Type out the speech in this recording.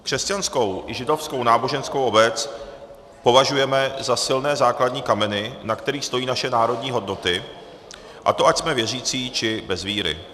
Křesťanskou i židovskou náboženskou obec považujeme za silné základní kameny, na kterých stojí naše národní hodnoty, a to ať jsme věřící, či bez víry.